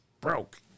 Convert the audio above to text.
broke